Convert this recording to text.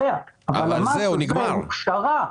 אני יודע אבל המס הזה הוא פשרה.